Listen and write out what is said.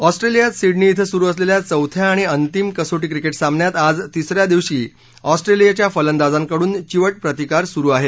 ऑस्ट्रेलियात सिडनी क्रें सुरू असलेल्या चौथ्या आणि अंतिम कसोटी क्रिकेट सामन्यात आज तिसऱ्या दिवशी ऑस्ट्रेलियाच्या फलंदाजांकडून चिवट प्रतिकार सुरू आहे